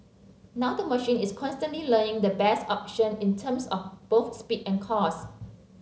now the machine is constantly learning the best option in terms of both speed and cost